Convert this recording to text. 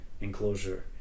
enclosure